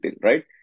right